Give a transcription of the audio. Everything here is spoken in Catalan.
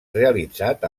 realitzat